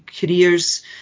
careers